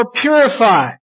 purify